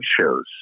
shows